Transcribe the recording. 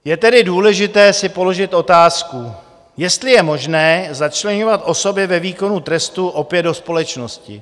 Je tedy důležité si položit otázku, jestli je možné začleňovat osoby ve výkonu trestu opět do společnosti.